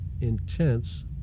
intense